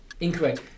Incorrect